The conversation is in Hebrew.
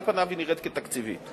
היא נראית תקציבית.